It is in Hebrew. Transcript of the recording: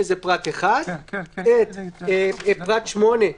שזה פרט (1); את פרט (8),